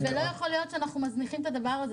זה לא יכול להיות שאנחנו מזניחים את הדבר הזה.